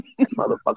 Motherfucker